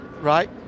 Right